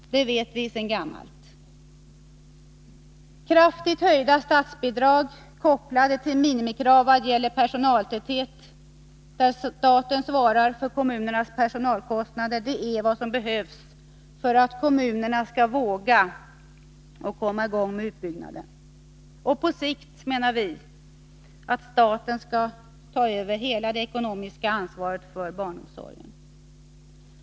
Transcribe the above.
Det vet vi sedan gammalt. Kraftigt höjda statsbidrag, kopplade till minimikrav vad gäller personaltäthet, där staten svarar för kommunernas personalkostnader är vad som behövs för att kommunerna skall våga sätta i gång utbyggnaden. På sikt bör staten ta över hela det ekonomiska ansvaret för barnomsorgen.